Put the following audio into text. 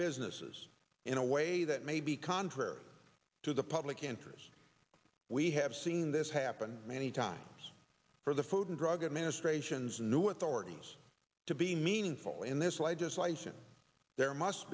businesses in a way that may be contrary to the public interest we have seen this happen many times for the food and drug administration's new authorities to be meaningful in this legislation there must